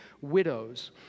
widows